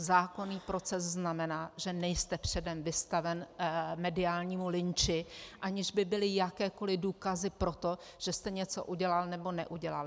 Zákonný proces znamená, že nejste předem vystaven mediálnímu lynči, aniž by byly jakékoli důkazy pro to, že jste něco udělal nebo neudělal.